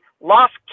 lost